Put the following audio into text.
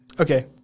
Okay